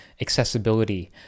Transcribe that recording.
accessibility